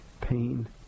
pain